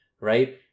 right